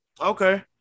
okay